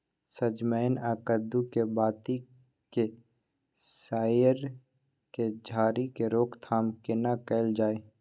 सजमैन आ कद्दू के बाती के सईर के झरि के रोकथाम केना कैल जाय?